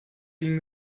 ging